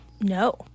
No